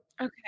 Okay